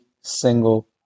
single